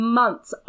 months